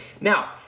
Now